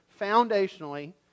foundationally